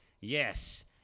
Yes